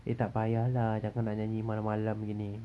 eh tak payah lah takkan nak nyanyi malam-malam gini